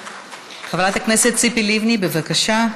חברת הכנסת ציפי לבני, בבקשה.